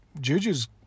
Juju's